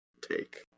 take